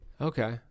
Okay